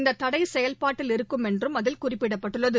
இந்ததடைசெயல்பாட்டில் இருக்கும் என்றும் அதில் குறிப்பிடப்பட்டுள்ளது